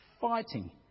fighting